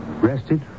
Rested